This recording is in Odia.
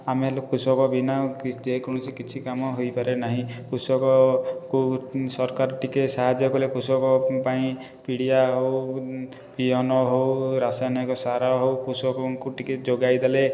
ଆମେ ହେଲୁ କୃଷକ ବିନା ଯେ କୌଣସି କିଛି କାମ ହେଇପାରେ ନାହିଁ କୃଷକକୁ ସରକାର ଟିକିଏ ସହାଯ୍ୟ କଲେ କୃଷକ ପାଇଁ ପିଡ଼ିଆ ହେଉ ବିହନ ହେଉ ରାସାୟନିକ ସାର ହେଉ କୃଷକଙ୍କୁ ଟିକିଏ ଯୋଗାଇ ଦେଲେ